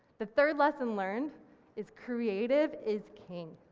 the third lesson learned is creative is king.